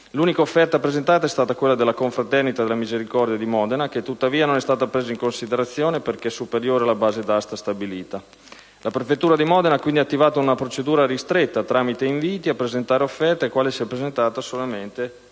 L'unica offerta presentata è stata quella della Confraternita della Misericordia di Modena che, tuttavia, non è stata presa in considerazione perché superiore alla base d'asta stabilita. La prefettura di Modena ha quindi attivato una procedura ristretta, tramite inviti a presentare offerte, alla quale si è presentata solamente la